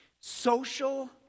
Social